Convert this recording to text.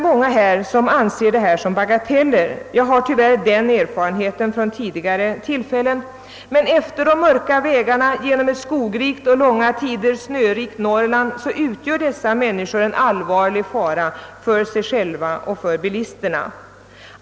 Många kanske anser detta vara bagateller — jag har tyvärr den erfarenheten från tidigare tillfällen — men utefter de mörka vägarna genom ett skogrikt och långa tider snörikt Norrland utgör dessa människor en allvarlig fara för sig själva och för bilisterna.